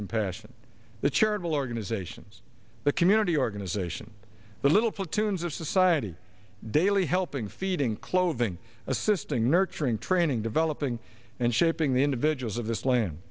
compassion the charitable organizations the community organization the little platoons of society daily helping feeding clothing assisting nurturing training developing and shaping the individuals of this land